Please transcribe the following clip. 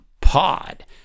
Pod